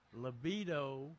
libido